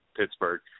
Pittsburgh